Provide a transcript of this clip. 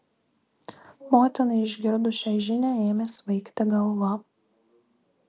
motinai išgirdus šią žinią ėmė svaigti galva